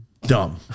Dumb